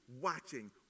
watching